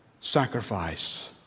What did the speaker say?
sacrifice